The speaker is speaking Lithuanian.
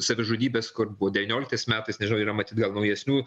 savižudybės kur buvo devynioliktais metais nežinau yra matyt gal naujesnių